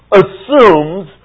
assumes